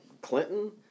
Clinton